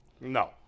No